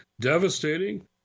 devastating